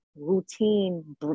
routine